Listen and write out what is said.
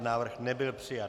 Návrh nebyl přijat.